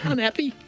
Unhappy